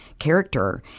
character